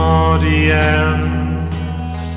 audience